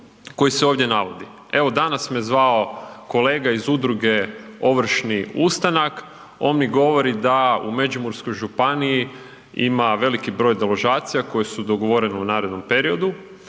koji se ovdje navodi? Evo danas me zvao kolega iz Udruge Ovršni ustanak, on mi govori da u Međimurskoj županiji ima veliki broj deložacija koje su dogovorene u narednom periodu,